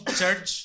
church